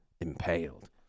impaled